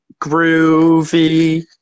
groovy